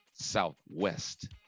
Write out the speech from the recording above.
southwest